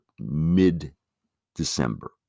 mid-December